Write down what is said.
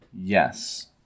yes